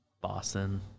Boston